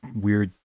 weird